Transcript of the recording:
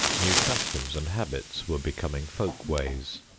new customs and habits were becoming folk-ways.